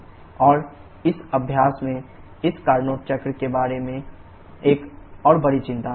और इस अभ्यास में इस कार्नोट चक्र के बारे में एक और बड़ी चिंता है